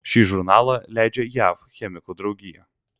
šį žurnalą leidžia jav chemikų draugija